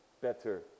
better